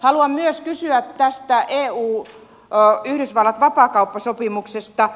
haluan myös kysyä tästä euyhdysvallat vapaakauppasopimuksesta